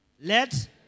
let